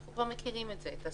אנחנו כבר מכירים את הסטטיסטיקה.